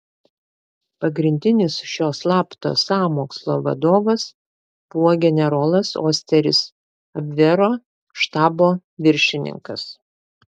pagrindinis šio slapto sąmokslo vadovas buvo generolas osteris abvero štabo viršininkas